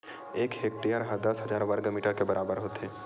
एक हेक्टेअर हा दस हजार वर्ग मीटर के बराबर होथे